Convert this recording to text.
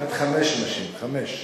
עד חמש נשים, חמש.